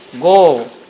Go